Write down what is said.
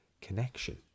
connection